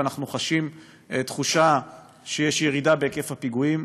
ואנחנו חשים שיש ירידה בהיקף הפיגועים,